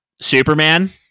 Superman